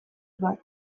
bat